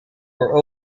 were